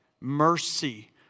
mercy